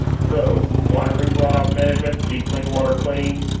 so why roof runoff management? keep clean water clean,